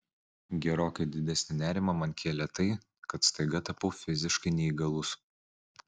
gerokai didesnį nerimą man kėlė tai kad staiga tapau fiziškai neįgalus